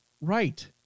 Right